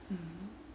mm